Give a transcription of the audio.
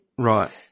Right